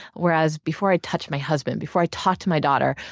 whereas before i touch my husband, before i talked to my daughter,